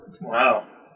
Wow